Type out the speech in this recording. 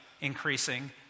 increasing